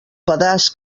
pedaç